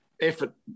effort